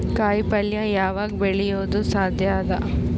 ಕಾಯಿಪಲ್ಯ ಯಾವಗ್ ಬೆಳಿಯೋದು ಸಾಧ್ಯ ಅದ?